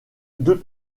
deux